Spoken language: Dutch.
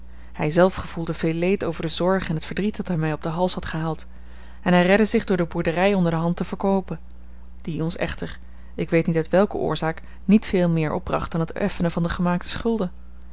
hij zelf gevoelde veel leed over de zorg en t verdriet dat hij mij op den hals had gehaald en hij redde zich door de boerderij onder de hand te verkoopen die ons echter ik weet niet uit welke oorzaak niet veel meer opbracht dan het effenen van de gemaakte schulden